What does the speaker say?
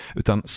utan